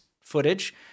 footage